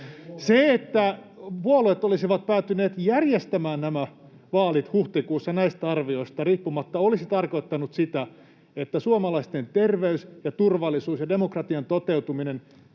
Se, että puolueet olisivat päätyneet järjestämään nämä vaalit huhtikuussa näistä arvioista riippumatta, olisi tarkoittanut sitä, että suomalaisten terveys ja turvallisuus ja demokratian toteutuminen